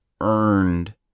earned